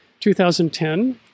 2010